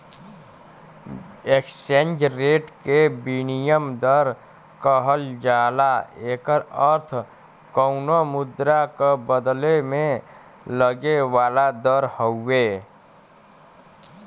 exchange rate के विनिमय दर कहल जाला एकर अर्थ कउनो मुद्रा क बदले में लगे वाला दर हउवे